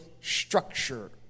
structure